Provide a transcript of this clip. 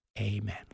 Amen